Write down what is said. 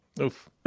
Oof